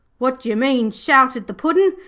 what d'yer mean shouted the puddin',